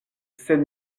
sed